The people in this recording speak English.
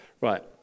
Right